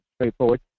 straightforward